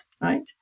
right